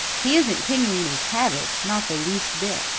he isn't kingly in his habits, not the least bit.